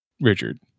Richard